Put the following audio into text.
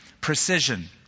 Precision